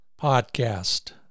podcast